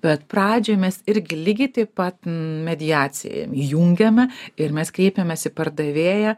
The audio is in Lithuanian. bet pradžioj mes irgi lygiai taip pat mediaciją jungiame ir mes kreipiamės į pardavėją